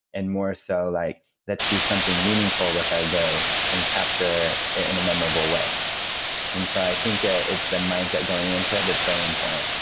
and more so like let's do something meaningful with our day and capture it in a memorable way and so i think ah it's the mindset going into it that's very important.